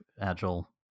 Agile